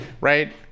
Right